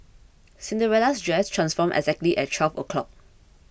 Cinderella's dress transformed exactly at twelve o' clock